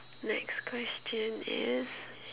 next question is